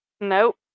Nope